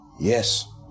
Yes